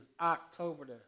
October